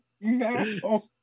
No